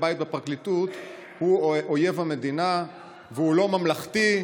בית בפרקליטות הוא אויב המדינה והוא לא ממלכתי.